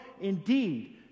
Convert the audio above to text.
Indeed